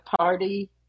party